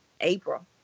April